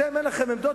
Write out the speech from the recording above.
אתם אין לכם עמדות?